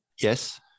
yes